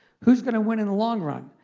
who's going to win in the long run?